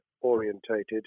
orientated